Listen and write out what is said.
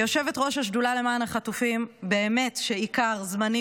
כיושבת-ראש השדולה למען החטופים באמת שבעיקר זמני